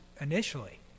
initially